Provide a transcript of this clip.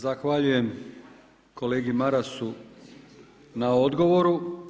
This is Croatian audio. Zahvaljujem kolegi Marasu na odgovoru.